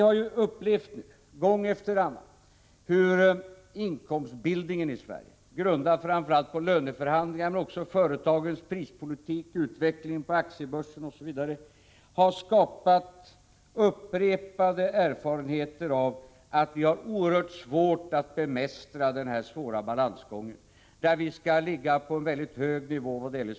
När det gäller inkomstbildningen i Sverige — baserad framför allt på löneförhandlingar men också på företagens prispolitik, utvecklingen på aktiebörsen osv. — har vi kommit till insikt om att vi har oerhört svårt att bemästra den svåra balansgången. Sysselsättningen skall ju ligga på en mycket hög nivå.